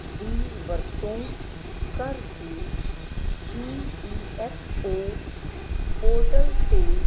ਦੀ ਵਰਤੋਂ ਕਰਕੇ E P F O portal 'ਤੇ